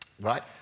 right